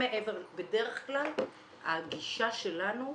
בדרך כלל הגישה שלנו,